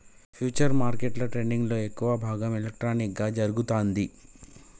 futures మార్కెట్ల ట్రేడింగ్లో ఎక్కువ భాగం ఎలక్ట్రానిక్గా జరుగుతాంది